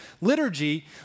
Liturgy